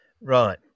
right